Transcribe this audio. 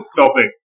topic